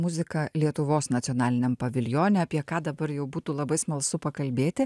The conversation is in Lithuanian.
muzika lietuvos nacionaliniam paviljone apie ką dabar jau būtų labai smalsu pakalbėti